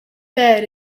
bed